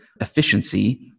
efficiency